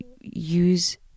use